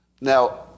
Now